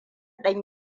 ɗan